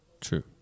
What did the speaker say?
True